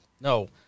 No